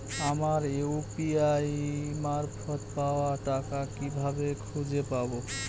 আমার ইউ.পি.আই মারফত পাওয়া টাকা কিভাবে খুঁজে পাব?